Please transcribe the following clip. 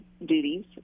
duties